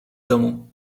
domu